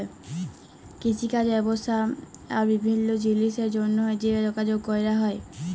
কিষিকাজ ব্যবসা আর বিভিল্ল্য জিলিসের জ্যনহে যে যগাযগ ক্যরা হ্যয়